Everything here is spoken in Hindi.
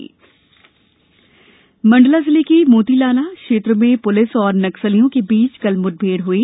नक्सली मुठभेड मंडला जिले के मोतीनाला क्षेत्र में पुलिस और नक्सलियों के बीच कल मुठभेड़ हुई